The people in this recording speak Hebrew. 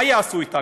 מה יעשו אתם?